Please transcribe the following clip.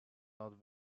not